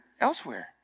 elsewhere